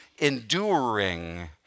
enduring